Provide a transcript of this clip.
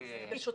בבקשה.